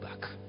back